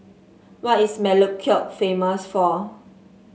what is Melekeok famous for